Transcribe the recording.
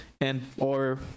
and/or